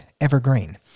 evergreen